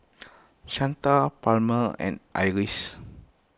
Shanta Palmer and Iris